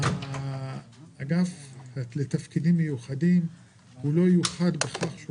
האגף לתפקידים מיוחדים לא יוחד בכך שהוא